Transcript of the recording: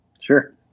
sure